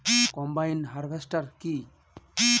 Combine harvester কি?